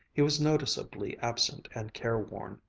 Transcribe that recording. he was noticeably absent and careworn.